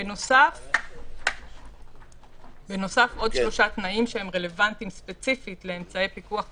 בנוסף עוד שלושה תנאים שהם רלוונטיים ספציפית לאמצעי פיקוח טכנולוגי.